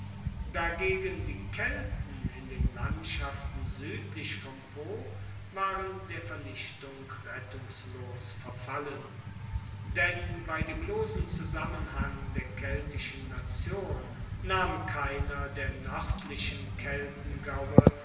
dagegen die kelten in den landschaften suedlich vom po waren der vernichtung rettungslos verfallen denn bei dem losen zusammenhang der keltischen nation nahm keiner der